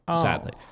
sadly